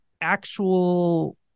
actual